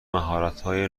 مهارتهای